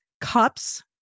cups